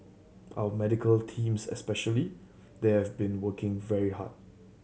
our medical teams especially they have been working very hard